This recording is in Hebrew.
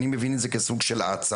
אני מבין את זה כסוג של העצמה.